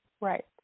Right